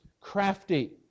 crafty